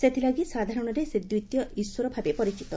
ସେଥିଲାଗି ସାଧାରଣରେ ସେ ଦିତୀୟ ଇଶ୍ୱର ଭାବେ ପରିଚିତ